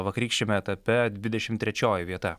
vakarykščiame etape dvidešim trečioji vieta